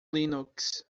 linux